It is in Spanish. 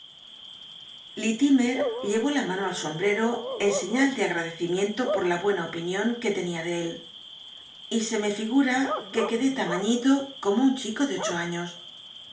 lleró la mano al ombreto en sciial ele agradecimiento por la buena o llinion que tenia ele él y se me figura que quedó tamaiiito romo un chico de ocho años